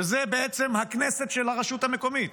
שזה בעצם הכנסת של הרשות המקומית,